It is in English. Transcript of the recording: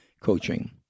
coaching